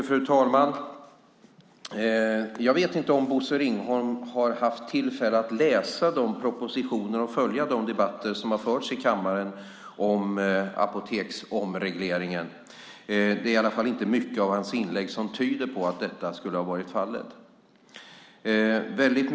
Fru talman! Jag vet inte om Bosse Ringholm har haft tillfälle att läsa propositionerna och följa de debatter som har förts i kammaren om apoteksomregleringen. Det är inte mycket i hans inlägg som tyder på att det skulle vara fallet.